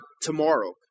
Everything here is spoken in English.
tomorrow